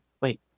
wait